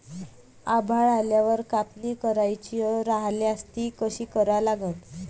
आभाळ आल्यावर कापनी करायची राह्यल्यास ती कशी करा लागन?